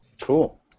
Cool